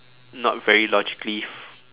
not very logically